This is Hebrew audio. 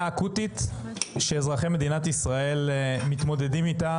אקוטית שאזרחי מדינת ישראל מתמודדים איתה,